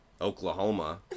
Oklahoma